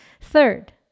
Third